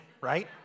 right